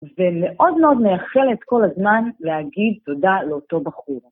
ומאד מאוד מייחלת כל הזמן להגיד תודה לאותו בחור.